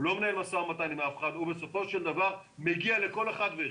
הוא לא מנהל משא ומתן עם אף אחד ובסופו של דבר הוא מגיע לכל אחד ואחד.